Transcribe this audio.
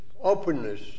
openness